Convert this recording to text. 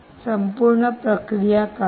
संपूर्ण प्रक्रिया काय आहे